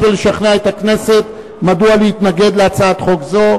ולשכנע את הכנסת מדוע להתנגד להצעת החוק הזאת.